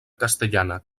castellana